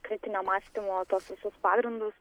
kritinio mąstymo tokius pagrindus